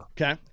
Okay